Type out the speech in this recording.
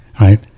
right